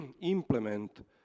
implement